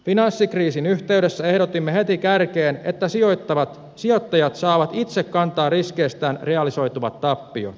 finanssikriisin yhteydessä ehdotimme heti kärkeen että sijoittajat saavat itse kantaa riskeistään realisoituvat tappiot